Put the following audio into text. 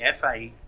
FA